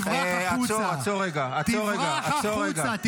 תברח החוצה.